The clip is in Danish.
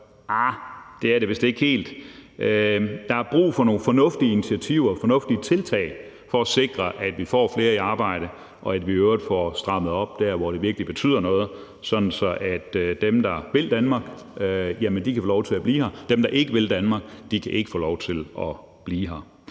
det er det vist ikke helt. Der er brug for nogle fornuftige initiativer og fornuftige tiltag for at sikre, at vi får flere i arbejde, og at vi i øvrigt får strammet op der, hvor det virkelig betyder noget, sådan at dem, der vil Danmark, kan få lov til at blive her, og dem, der ikke vil Danmark, ikke kan få lov til at blive her.